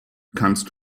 kannst